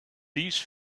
these